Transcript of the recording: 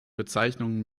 bezeichnungen